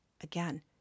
again